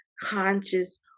conscious